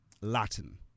Latin